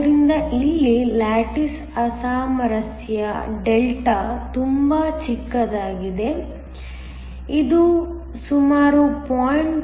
ಆದ್ದರಿಂದ ಇಲ್ಲಿ ಲ್ಯಾಟಿಸ್ ಅಸಾಮರಸ್ಯ Δ ತುಂಬಾ ಚಿಕ್ಕದಾಗಿದೆ ಇದು ಸುಮಾರು 0